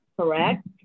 correct